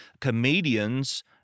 comedians